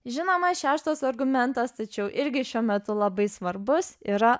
žinoma šeštas argumentas tačiau irgi šiuo metu labai svarbus yra